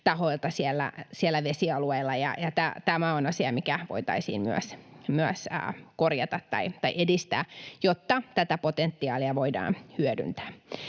tahoilta siellä vesialueilla, ja tämä on asia, mitä voitaisiin myös edistää, jotta tätä potentiaalia voidaan hyödyntää.